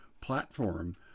platform